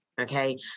okay